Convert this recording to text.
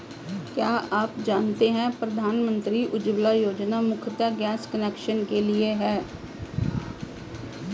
क्या आप जानते है प्रधानमंत्री उज्ज्वला योजना मुख्यतः गैस कनेक्शन के लिए है?